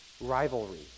rivalry